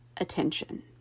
attention